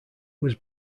was